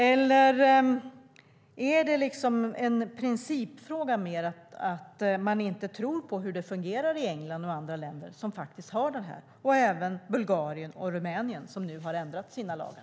Eller är det mer fråga om en princip att man inte tror på hur det fungerar i England och andra länder, även Bulgarien och Rumänien som nu har ändrat sina lagar?